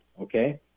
okay